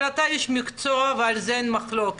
אבל אתה איש מקצוע ועל זה אין מחלוקת,